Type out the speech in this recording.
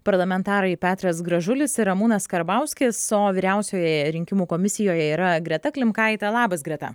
parlamentarai petras gražulis ir ramūnas karbauskis o vyriausiojoje rinkimų komisijoje yra greta klimkaitė labas greta